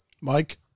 Mike